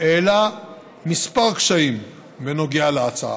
העלה כמה קשיים בנוגע להצעה.